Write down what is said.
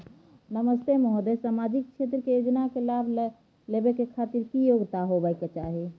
नमस्ते महोदय, सामाजिक क्षेत्र के योजना के लाभ लेबै के खातिर की योग्यता होबाक चाही?